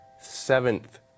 seventh